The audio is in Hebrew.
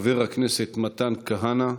חבר הכנסת מתן כהנא.